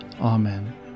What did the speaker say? Amen